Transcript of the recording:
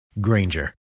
Granger